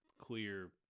clear